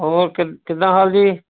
ਹੋਰ ਕਿੱਦ ਕਿੱਦਾਂ ਹਾਲ ਜੀ